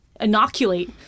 inoculate